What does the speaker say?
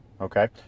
Okay